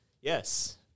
Yes